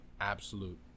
absolute